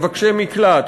מבקשי מקלט,